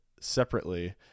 separately